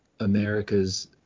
america's